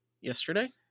yesterday